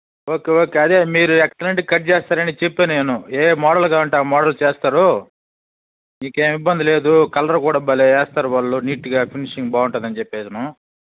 okay okay అదే మీరు ఎక్సలెంట్గా కట్ చేస్తారని చెప్పాను నేను ఏ మోడల్ కావాలంటే ఆ మోడల్ చేస్తారు మీకేమి ఇబ్బంది లేదు కలర్ కూడా భలే వేస్తారు వాళ్ళు నీట్గా ఫినిషింగ్ బాగుంటుందని అని చెప్పాను